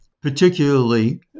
particularly